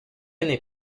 année